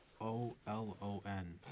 O-L-O-N